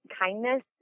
kindness